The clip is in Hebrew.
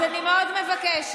אז אני מאוד מבקשת,